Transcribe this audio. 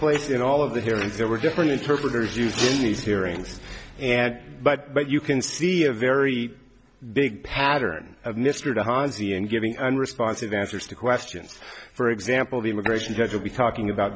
place in all of the hearings there were different interpreters used these hearings and but but you can see a very big pattern of mr hosty and giving unresponsive answers to questions for example the immigration judge will be talking about